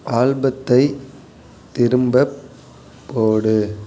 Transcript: ஆல்பத்தை திரும்பப் போடு